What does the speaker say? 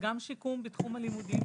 גם שיקום בתחום הלימודים.